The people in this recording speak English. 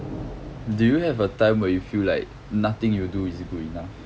do you have a time where you feel like nothing you do is good enough